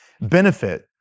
benefit